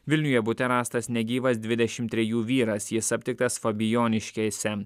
vilniuje bute rastas negyvas dvidešim trejų vyras jis aptiktas fabijoniškėse